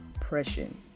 oppression